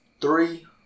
three